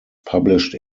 published